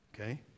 Okay